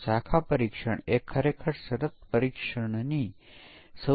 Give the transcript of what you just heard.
તેથી આપણે પરીક્ષણના કેસોની રચના કેવી રીતે કરીએ